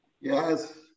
yes